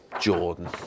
jordan